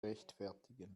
rechtfertigen